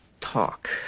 talk